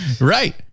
right